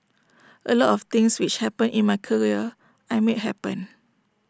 A lot of things which happened in my career I made happen